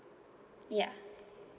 yeah